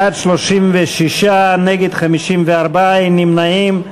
בעד ההסתייגות, 40, נגד, 49, אין נמנעים.